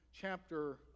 chapter